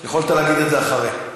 יכולת להגיד את זה אחרי.